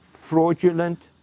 fraudulent